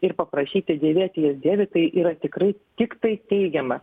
ir paprašyti dėvėti jas dėvi tai yra tikrai tiktai teigiama